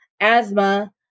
asthma